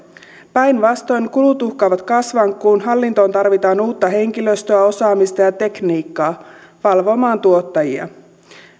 päinvastoin kulut uhkaavat kasvaa kun kun hallintoon tarvitaan uutta henkilöstöä osaamista ja tekniikkaa valvomaan tuottajia